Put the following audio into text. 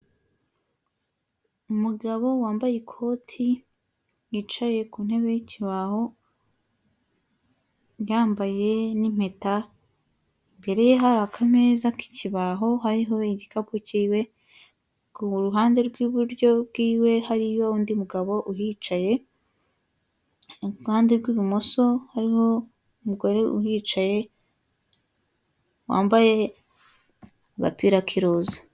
Umugabo wambaye ikoti yicaye ku ntebe y'ikibaho yambaye n'impeta imbere hari akameza k'ikibaho hariho igikapu kiwe ku ruhande rw'iburyo bwiwe hariyo undi mugabo uhicaye iruhande rw'ibumoso hariho umugore uhicaye wambaye agapira k'iroza.